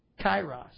Kairos